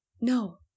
No